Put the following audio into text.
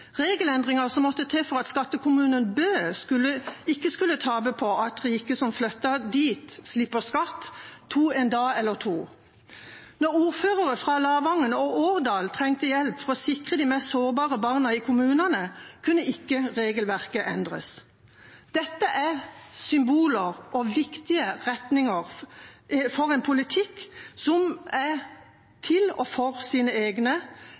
Regelendringer som måtte til for at skattekommunen Bø ikke skulle tape på at rike som flyttet dit, slipper skatt, tok en dag eller to. Da ordførerne fra Lavangen og Årdal trengte hjelp for å sikre de mest sårbare barna i kommunene, kunne ikke regelverket endres. Dette er symboler og viktige retninger for en politikk som er til og for sine egne,